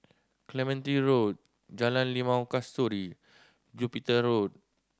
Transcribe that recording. Clementi Road Jalan Limau Kasturi Jupiter Road